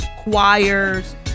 Choirs